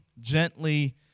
gently